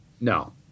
No